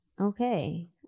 Okay